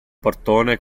portone